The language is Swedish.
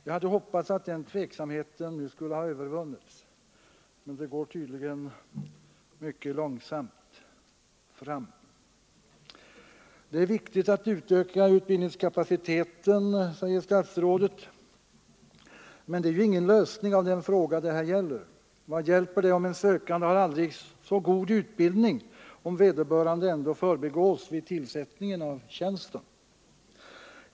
Jag hade hoppats att den tveksamheten nu skulle har övervunnits, men det går tydligen mycket långsamt framåt. Det är viktigt att öka utbildningskapaciteten på detta område, sade statsrådet, men det är ju ingen lösning på den fråga som det här gäller. Vad hjälper det om en sökande har aldrig så god utbildning, om han eller hon förbigås vid tillsättningen av tjänsten?